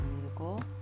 musical